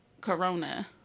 Corona